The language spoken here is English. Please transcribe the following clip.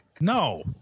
no